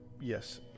Yes